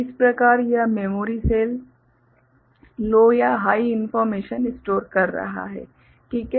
इस प्रकार यह मेमोरी सेल लो या हाइ इन्फोर्मेशन स्टोर कर रहा है ठीक है